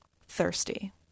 thirsty